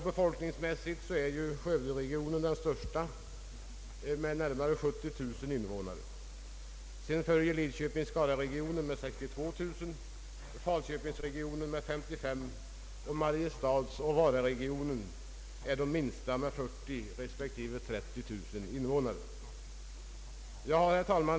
Befolkningsmässigt är Skövderegionen den största med närmare 70 000 invånare. Därefter följer Lidköping-Skararegionen med 62 000 invånare och Falköpingsregionen med 55 000. Mariestadsoch Vararegionerna är de minsta med 40 000 respektive 30 000 invånare. Herr talman!